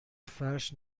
فرش